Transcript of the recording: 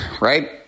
right